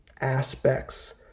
aspects